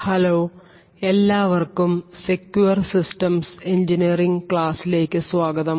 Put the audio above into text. hello എല്ലാവർക്കും secure systems engineering ക്ലാസ്സിലേക്ക് സ്വാഗതം